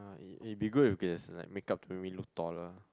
ah it it will be good if there's like make-up to make me look taller